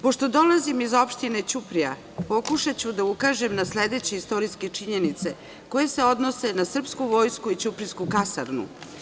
Pošto dolazim iz opštine Ćuprija pokušaću da ukažem na sledeće istorijske činjenice koje se odnose na srpsku vojsku i ćuprijsku kasarnu.